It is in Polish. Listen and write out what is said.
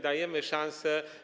Dajemy szansę.